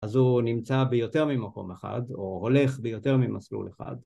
‫אז הוא נמצא ביותר ממקום אחד ‫או הולך ביותר ממסלול אחד.